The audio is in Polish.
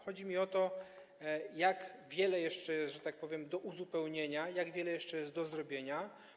Chodzi mi o to, jak wiele jeszcze jest, że tak powiem, do uzupełnienia, jak wiele jeszcze jest do zrobienia.